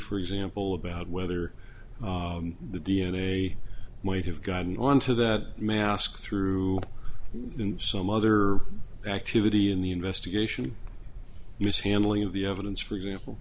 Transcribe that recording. for example about whether the d n a might have gotten on to that mask through some other activity in the investigation mishandling of the evidence for example